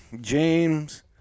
James